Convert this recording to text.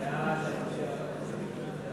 חוק לתיקון פקודת העיריות (מס'